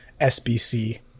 SBC